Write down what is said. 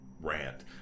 rant